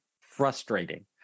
frustrating